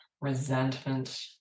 resentment